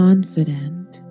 Confident